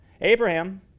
Abraham